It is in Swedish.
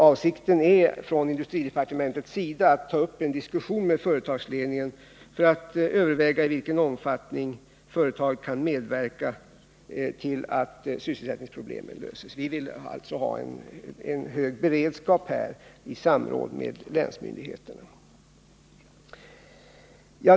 Avsikten från industridepartementets sida är att ta upp en diskussion med företagsledningen för att överväga i vilken omfattning företaget kan medverka till att sysselsättningsproblemen löses. Vi vill alltså ha en hög beredskap här i samråd med länsmyndigheterna.